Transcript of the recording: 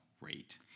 rate